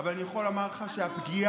אבל אני יכול לומר לך שהפגיעה